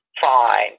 fine